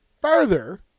further –